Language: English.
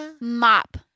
Mop